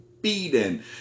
beaten